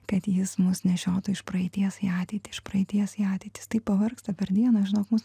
kad jis mus nešiotų iš praeities į ateitį praeities į ateitį jis taip pavargsta per dieną žinok mus